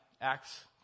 Acts